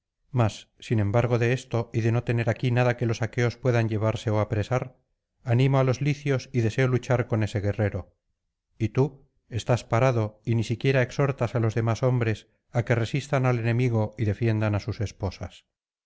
mas sin embargo de esto y de no tener aquí nada que los aqueos puedan llevarse ó apresar animo á los licios y deseo luchar con ese guerrero y tú estás parado y ni siquiera exhortas á los demás hombres á que resistan al enemigo y defiendan á sus esposas